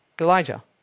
Elijah